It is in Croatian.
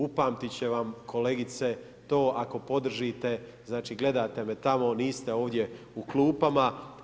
Upamtit će vam kolegice to ako podržite, znači gledate me tamo, niste ovdje u klupama.